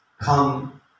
come